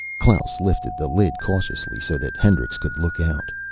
klaus lifted the lid cautiously so that hendricks could look out.